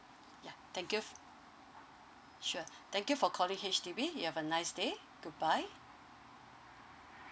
ya thank you sure thank you for calling H_D_B you have a nice day goodbye